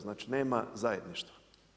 Znači nema zajedništva.